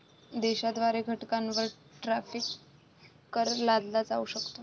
देशाद्वारे घटकांवर टॅरिफ कर लादला जाऊ शकतो